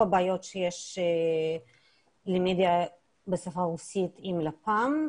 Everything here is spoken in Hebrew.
הבעיות שיש למדיה בשפה הרוסית עם לפ"מ.